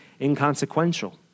inconsequential